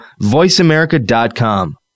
VoiceAmerica.com